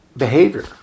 Behavior